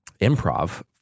improv